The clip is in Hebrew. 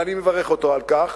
ואני מברך אותו על כך,